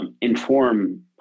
inform